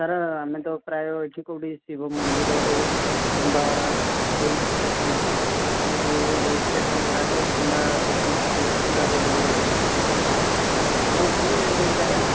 sir ଆମେ ତ ପ୍ରାୟ ଏଇଠି କେଉଁଠି ଶିବ ମନ୍ଦିର ହେଉ କିମ୍ବା ହିଲ୍ ଷ୍ଟେସନ୍ ହେଉ ଏ ହିଲ୍ ଷ୍ଟେସନ୍ ଗୁଡ଼ାକ କିମ୍ବା ବିଚ୍ ଫିଚ୍ ଗୁଡ଼ାକ ବୁଲିବା ପାଇଁ ପସନ୍ଦ କରୁ ସାର୍ ଆପଣଙ୍କର ଅଛି ଏଇଠି କେଉଁଠି ଜାଗା